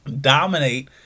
dominate